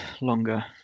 longer